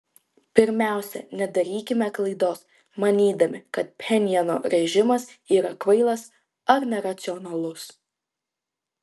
pirmiausia nedarykime klaidos manydami kad pchenjano režimas yra kvailas ar neracionalus